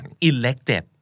elected